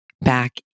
back